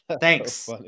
Thanks